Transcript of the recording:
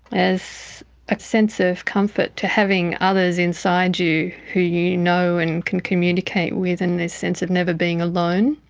as a sense of comfort to having others inside you who you know and can communicate with in this sense of never being alone.